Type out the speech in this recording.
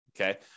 okay